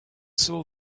saw